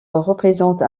représente